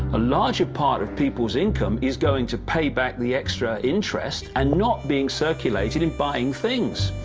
a larger part of people's income is going to pay back the extra interest and not being circulated in buying things.